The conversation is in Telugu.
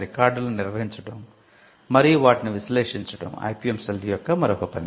రికార్డులను నిర్వహించడం ఐపిఎం సెల్ మరొక పని